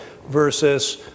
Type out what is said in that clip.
versus